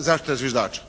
zaštita zviždača.